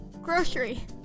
Grocery